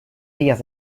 vías